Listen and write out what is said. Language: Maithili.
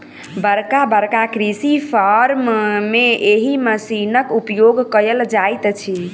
बड़का बड़का कृषि फार्म मे एहि मशीनक उपयोग कयल जाइत अछि